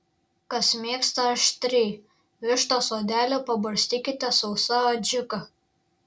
kas mėgsta aštriai vištos odelę pabarstykite sausa adžika